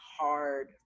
hard